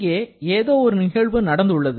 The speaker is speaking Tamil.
இங்கே ஏதோ ஒரு நிகழ்வு நடந்துள்ளது